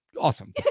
awesome